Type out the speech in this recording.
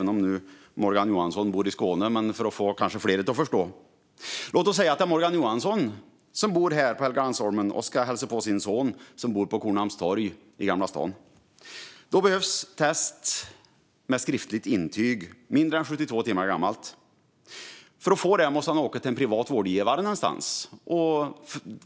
Morgan Johansson bor i Skåne, men det kanske får fler att förstå. Låt oss säga att det är Morgan Johansson som bor här på Helgeandsholmen och ska hälsa på sin son, som bor på Kornhamnstorg i Gamla stan. Då behöver han ett test med skriftligt intyg, mindre än 72 timmar gammalt. För att få det måste han åka till en privat vårdgivare någonstans.